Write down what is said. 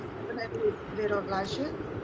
i'm gonna do little lashes.